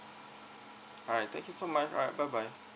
alright thank you so much alright bye bye